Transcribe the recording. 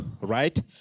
right